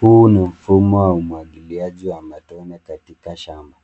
Huu ni mfumo wa umwagiliaji wa matone katika shamba.